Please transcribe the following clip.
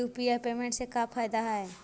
UPI payment से का फायदा है?